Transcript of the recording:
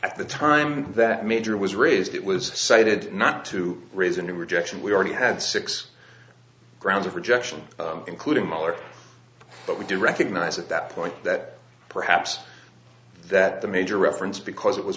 at the time that major was raised it was cited not to raise a new rejection we already had six grounds of rejection including mahler but we do recognize at that point that perhaps that the major reference because it was